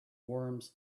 worms